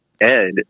Ed